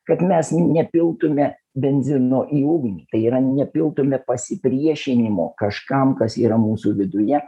kad mes nepiltume benzino į ugnį tai yra nepiltume pasipriešinimo kažkam kas yra mūsų viduje